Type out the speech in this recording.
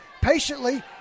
patiently